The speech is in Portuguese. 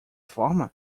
forma